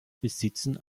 besitzen